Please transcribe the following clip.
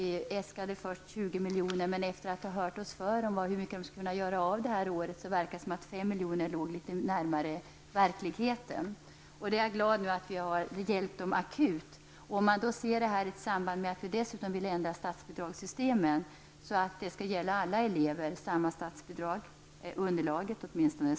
Vi äskade först 20 milj.kr., men efter att ha hört oss för om hur mycket de kunde göra av med detta budgetår fann vi att 5 miljoner låg litet närmare verkligheten. Jag är glad att vi har hjälpt dem akut. Vi vill dessutom ändra statsbidragssystemet så att alla elever får samma underlag för statsbidrag.